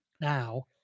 now